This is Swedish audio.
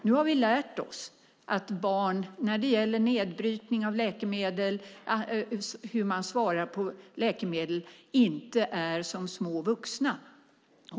Nu har vi lärt oss att barn när det gäller nedbrytning av läkemedel och hur de svarar på läkemedel inte är som små vuxna.